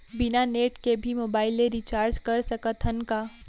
बिना नेट के भी मोबाइल ले रिचार्ज कर सकत हन का?